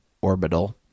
orbital